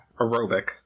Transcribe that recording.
aerobic